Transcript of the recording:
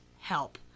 help